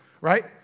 right